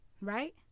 right